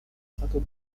satu